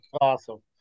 Awesome